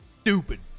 Stupid